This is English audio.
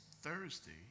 Thursday